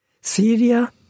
Syria